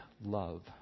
love